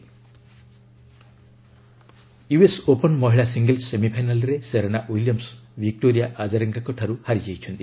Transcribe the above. US Open US Open ମହିଳା singles ସେମିଫାଇନାଲ୍ରେ Serena Williams Victoria Azarenka ଙ୍କଠାର୍ ହାରିଯାଇଛନ୍ତି